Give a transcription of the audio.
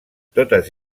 totes